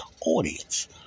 audience